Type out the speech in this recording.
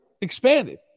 expanded